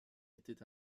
était